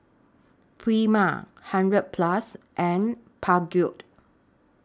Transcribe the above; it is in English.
Prima hundred Plus and Peugeot